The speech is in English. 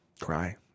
cry